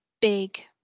big